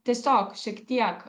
tiesiog šiek tiek